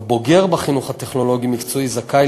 בוגר החינוך הטכנולוגי-מקצועי זכאי